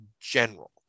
general